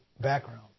background